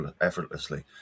effortlessly